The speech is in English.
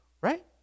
right